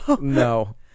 no